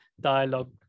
dialogue